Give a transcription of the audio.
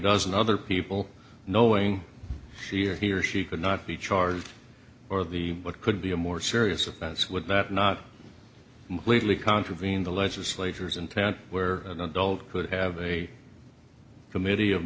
dozen other people knowing she or he or she could not be charged or the what could be a more serious offense would that not legally contravene the legislators and where an adult could have a committee of